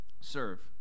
serve